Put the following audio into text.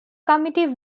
committee